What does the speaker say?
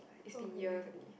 it's been years already